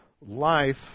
life